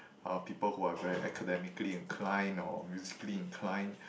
are people who are very academically inclined or musically inclined